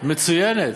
מצוינת.